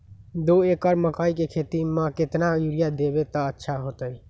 दो एकड़ मकई के खेती म केतना यूरिया देब त अच्छा होतई?